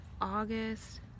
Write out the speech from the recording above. August